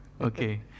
Okay